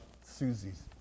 Susie's